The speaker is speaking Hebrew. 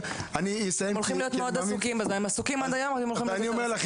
הם עסוקים עד היום והם הולכים להיות יותר עסוקים.